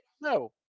No